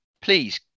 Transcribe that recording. please